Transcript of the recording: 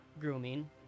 grooming